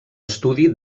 estudi